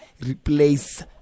replace